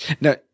Now